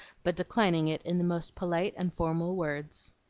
but declining it in the most polite and formal words.